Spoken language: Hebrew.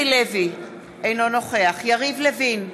אינו נוכח יריב לוין,